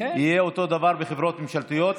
יהיה אותו דבר בחברות ממשלתיות,